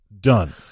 Done